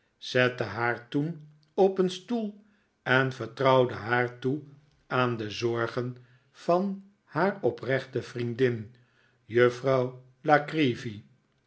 haar toen op een stoel en vertrouwde haar toe aan de zorgen van haar oprechte vriendin